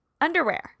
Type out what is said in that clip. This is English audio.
underwear